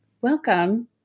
welcome